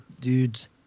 dudes